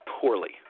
poorly